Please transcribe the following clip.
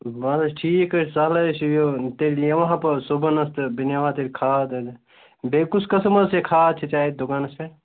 بَس حظ ٹھیٖک حظ چھُ سہلٕے حظ چھُ یہِ تیٚلہِ یِمہٕ ہا بہٕ صُبحنس تہٕ بہٕ نمہٕ ہا تیٚلہِ کھاد حظ بیٚیہِ کُس قٕسٕم حظ کھاد چھِ ژےٚ اَتہِ دُکانس پٮ۪ٹھ